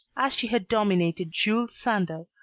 as she had dominated jules sandeau,